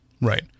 Right